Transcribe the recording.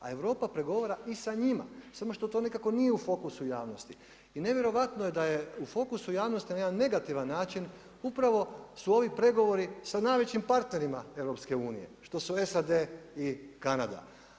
A Europa pregovara i sa njima, samo što to nekako nije u fokusu javnosti i nevjerojatno je da je u fokusu javnosti na jedan negativni način, upravo su ovi pregovori sa najvećim partnerima EU, što su SAD i Kanada.